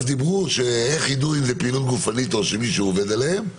אז אמרו: איך ידעו אם זו פעילות גופנית או שמישהו עובד עליהם?